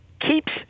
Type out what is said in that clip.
keeps